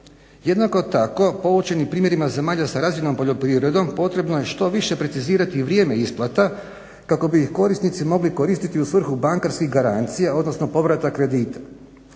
Jednako tako poučeni primjerima zemalja sa razvijenom poljoprivredom potrebno je što više precizirati vrijeme isplata kako bi ih korisnici mogli koristiti u svrhu bankarskih garancija, odnosno povrata kredita.